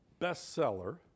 bestseller